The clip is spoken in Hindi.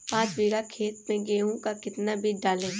पाँच बीघा खेत में गेहूँ का कितना बीज डालें?